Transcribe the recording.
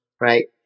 right